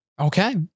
Okay